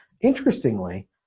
Interestingly